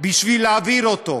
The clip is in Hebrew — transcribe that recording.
בשביל להעביר אותו.